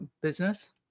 business